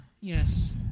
Yes